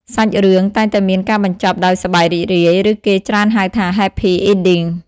សាច់រឿង តែងតែមានការបញ្ចប់ដោយសប្បាយរីករាយ ឬគេច្រើនហៅថា Happy Ending។